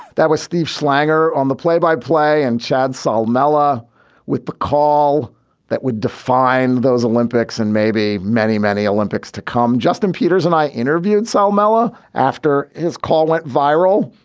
that was steve schlanger on the play by play and chad saul malla with the call that would define those olympics and maybe many, many olympics to come. justin peters and i interviewed samawa after his call went viral.